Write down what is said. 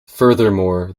furthermore